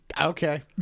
okay